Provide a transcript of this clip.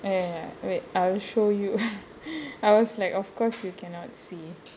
ah ya ya wait I'll show you I was like of course you cannot see